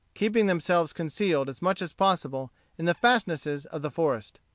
keeping themselves concealed as much as possible in the fastnesses of the forest.